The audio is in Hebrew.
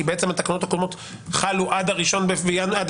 כי בעצם התקנות הקודמות חלו עד 1 בינואר.